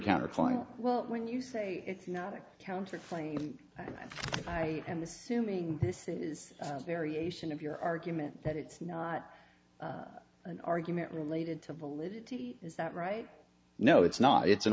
counterpoint well when you say it's not a counter claim i am assuming this is a variation of your argument that it's not an argument related to validity is that right no it's not it's an